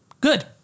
Good